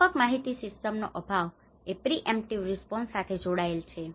વ્યાપક માહિતી સિસ્ટમ્સનો અભાવ એ પ્રી એમ્પ્ટીવ રિસ્પોન્સ સાથે જોડાયેલ છે